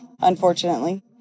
unfortunately